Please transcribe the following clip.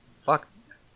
fuck